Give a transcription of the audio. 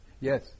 Yes